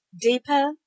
deeper